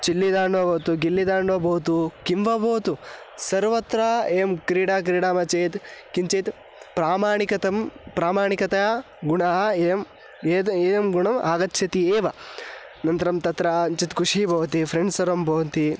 चिल्लिदाण्ड् वा भवतु गिल्लिदाण्ड् वा भवतु किं वा भवतु सर्वत्र एवं क्रीडा क्रीडामः चेत् किञ्चित् प्रामाणिकं प्रामाणिकतया गुणाः एवं एतत् एवं गुणम् आगच्छति एव अनन्तरं तत्र किञ्चित् कुशि भवति फ़्रेण्ड्स् सर्वं भवन्ति